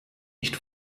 nicht